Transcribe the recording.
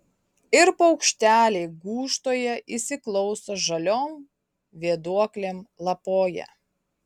ir paukšteliai gūžtoje įsiklauso žaliom vėduoklėm lapoja